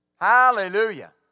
Hallelujah